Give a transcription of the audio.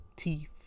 teeth